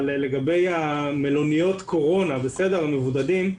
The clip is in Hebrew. אבל לגבי המלוניות קורונה, המבודדים,